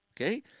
okay